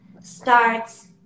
starts